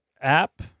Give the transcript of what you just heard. app